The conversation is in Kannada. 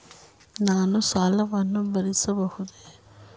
ನಾನು ಸಾಲವನ್ನು ಭರಿಸಬಹುದೇ?